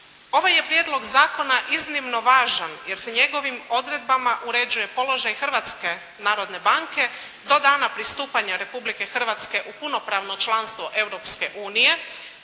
Ovaj je Prijedlog zakona iznimno važan jer se njegovim odredbama uređuje položaj Hrvatske narodne banke do dana pristupanja Republike Hrvatske u punopravno članstvo